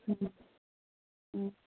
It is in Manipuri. ꯎꯝ ꯎꯝ